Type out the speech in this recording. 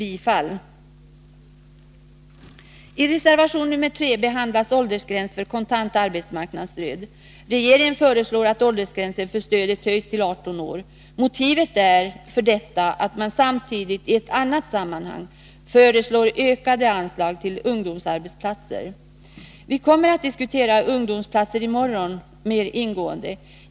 I reservation nr 3 behandlas åldersgräns för kontant arbetsmarknadsstöd. Regeringen föreslår att åldersgränsen för stödet höjs till 18 år. Motivet för detta är att man samtidigt i annat sammanhang föreslår ökade anslag till ungdomsarbetsplatser. Vi kommer i morgon mer ingående att diskutera ungdomsplatser.